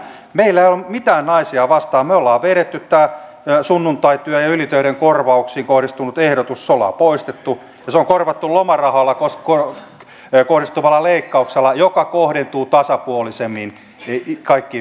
meillä ei ole mitään naisia vastaan me olemme vetäneet tämän sunnuntaityön ja ylitöiden korvauksiin kohdistuvan ehdotuksen sen olemme poistaneet ja se on korvattu lomarahaan kohdistuvalla leikkauksella joka kohdentuu tasapuolisemmin kaikkiin väestönosiin